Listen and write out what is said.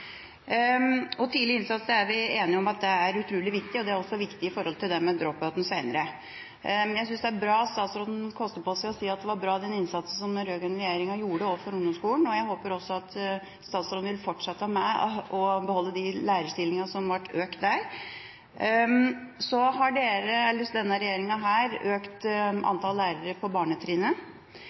Tidlig innsats er vi enige om at er utrolig viktig, og det er også viktig når det gjelder «drop-out» senere. Jeg synes det er bra at statsråden koster på seg å si at den innsatsen den rød-grønne regjeringa gjorde overfor ungdomsskolen, var bra, og jeg håper også at statsråden vil fortsette med å beholde det antall lærerstillinger som ble økt der. Så har denne regjeringa økt antallet lærere på barnetrinnet.